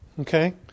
okay